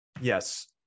yes